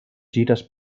gires